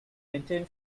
maintain